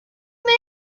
man